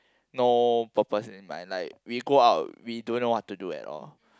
no purpose in my like we go out we don't know what to do at all